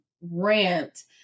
rant